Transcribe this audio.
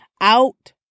Out